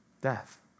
death